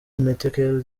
metkel